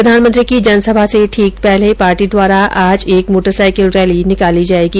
प्रधानमंत्री की जनसभा से ठीक पहले पार्टी द्वारा आज एक मोटरसाइकिल रैली निकाली जायेगी